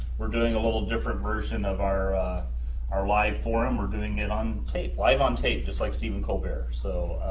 we're doing a little different version of our our live forum. we're doing it on tape. live on tape, just like stephen colbert. so